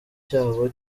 cyabo